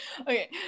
Okay